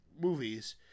movies